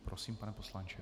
Prosím, pane poslanče.